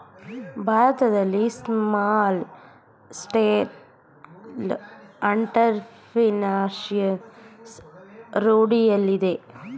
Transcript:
ಭಾರತದಲ್ಲಿ small scale entrepreneurship ರೂಢಿಯಲ್ಲಿದೆ